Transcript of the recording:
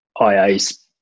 IAs